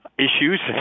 issues